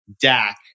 Dak